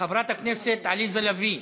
חברת הכנסת עליזה לביא,